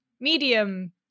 medium